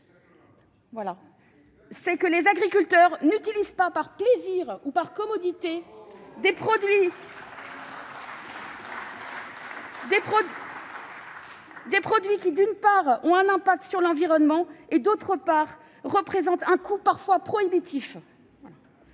sait que les agriculteurs n'utilisent pas par plaisir ou par commodité des produits qui, d'une part, ont un impact sur l'environnement, et, d'autre part, représentent un coût parfois prohibitif.